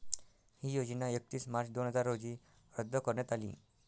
ही योजना एकतीस मार्च दोन हजार रोजी रद्द करण्यात आली